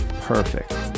perfect